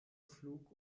flug